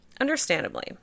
Understandably